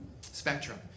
spectrum